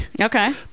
okay